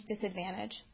disadvantage